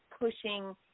pushing